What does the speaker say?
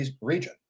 region